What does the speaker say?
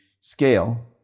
scale